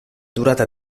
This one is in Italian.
durata